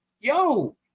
yo